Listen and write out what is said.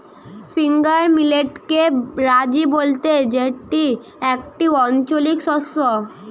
finger মিলেটকে রাজি বলতে যেটি একটি আঞ্চলিক শস্য